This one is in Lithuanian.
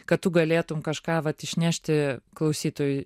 kad tu galėtum kažką vat išnešti klausytojui